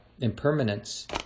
impermanence